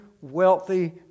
wealthy